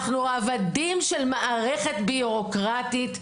אנחנו עבדים של מערכת ביורוקרטית,